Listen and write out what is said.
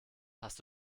hast